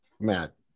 matt